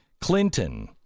Clinton